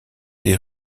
des